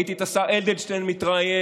ראיתי את השר אדלשטיין מתראיין,